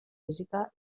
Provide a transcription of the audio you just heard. física